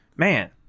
man